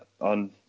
on